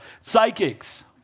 Psychics